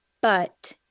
but-